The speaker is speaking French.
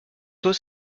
tôt